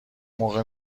موقع